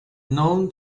known